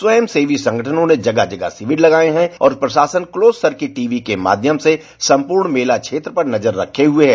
स्वयंसेवी संगठनों ने जगह जगह शिविर लगाये हैं और प्रशासन क्लोस सर्किट टी वी के माध्यम से सम्पूर्ण मेला क्षेत्र पर नजर रखे हुए है